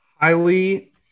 highly –